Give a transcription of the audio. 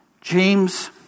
James